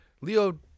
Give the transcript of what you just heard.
Leo